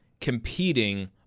competing